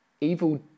Evil